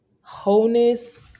wholeness